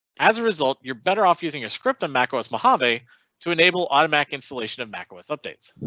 as a result, you're better off using a script on mac os mojave to enable automatic installation of mac os updates.